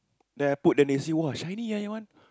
then I put then they see [wah] shiny ah your one